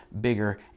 bigger